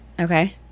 Okay